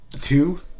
Two